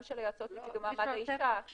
גם של היועצות לקידום מעמד האישה,